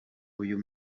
uyu